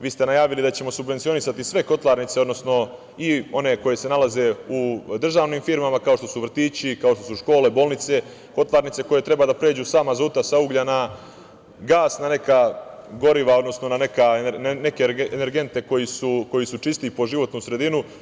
Vi ste najavili da ćemo subvencionisati sve kotlarnice, odnosno i one koje se nalaze u državnim firmama, kao što su vrtići, kao što su škole, bolnice, kotlarnice koje treba da pređu … sa uglja na gas, na neka goriva, odnosno na neke energente koji su čistiji po životnu sredinu.